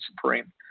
supreme